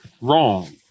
Wrong